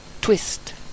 twist